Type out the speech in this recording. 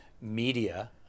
media